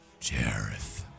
jareth